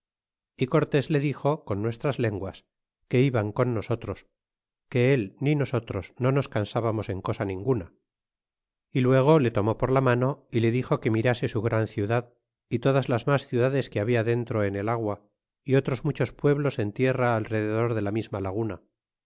y cortés le dixo con nuestras lenguas que iban con nosotros que el ni nosotros no nos cansábamos en cosa ninguna y luego le tomó por la mano y le dixo que mirase su gran ciudad y todas las mas ciudades que habla dentro en el agua é otros muchos pueblos en tierra al rededor de la misma laguna